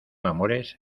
amores